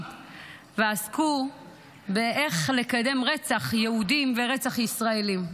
ועסקו באיך לקדם רצח יהודים ורצח ישראלים.